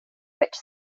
fitch